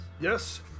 Yes